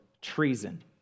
treason